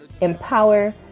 empower